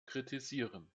kritisieren